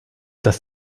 dass